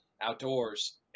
Outdoors